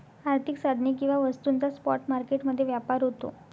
आर्थिक साधने किंवा वस्तूंचा स्पॉट मार्केट मध्ये व्यापार होतो